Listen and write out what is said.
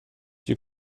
die